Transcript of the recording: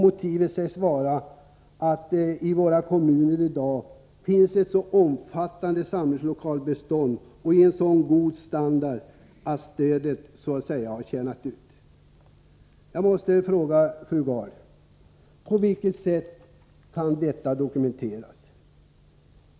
Motivet sägs vara att det i våra kommuner i dag finns ett så omfattande samlingslokalbestånd i en så god standard att stödet har tjänat ut. Jag måste fråga fru Gard: På vilket sätt kan detta dokumenteras?